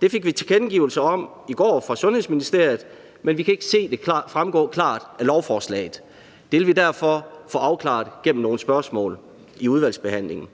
Det fik vi tilkendegivelse om i går fra Sundhedsministeriet, men vi kan ikke se det fremgå klart af lovforslaget. Det vil vi derfor have afklaret gennem nogle spørgsmål i udvalgsbehandlingen.